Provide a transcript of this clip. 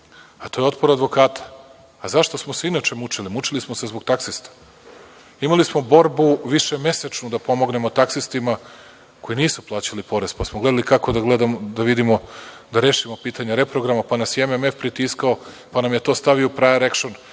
a to je otpor advokata. Zašto smo se inače mučili? Mučili smo se zbog taksista. Imali smo borbu višemesečnu da pomognemo taksistima koji nisu plaćali porez, pa smo gledali kako da rešimo pitanje reprograma, pa nas je MMF pritiskao, pa nam je to stavio u prior action.